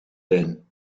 tuin